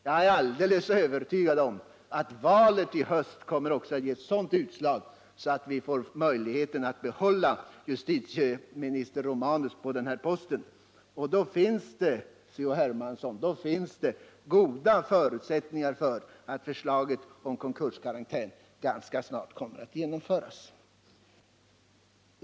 Jag är helt övertygad om att valet i höst ger sådant utslag att vi 9 maj 1979 får möjlighet att behålla justitieminister Romanus på hans post, och då finns det, C.-H. Hermansson, goda förutsättningar för att förslaget om konkurskarantän gänska snart kommer att genomföras.